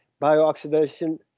biooxidation